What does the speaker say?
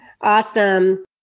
awesome